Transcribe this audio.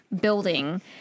building